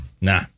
Nah